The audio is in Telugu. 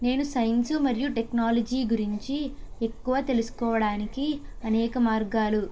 నేను సైన్సు మరియు టెక్నాలజీ గురించి ఎక్కువ తెలుసుకోవడానికి అనేక మార్గాలు